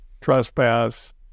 trespass